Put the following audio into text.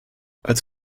als